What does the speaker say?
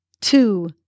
two